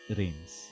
rains